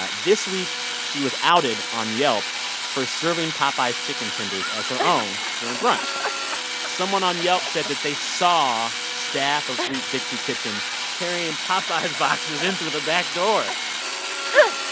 ah this week, she was outed on yelp for serving popeye's chicken tenders as her own during brunch someone on yelp said that they saw staff of sweet dixie kitchen carrying popeye's boxes in through the backdoor oh,